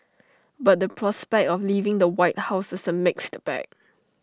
but the prospect of leaving the white house is A mixed bag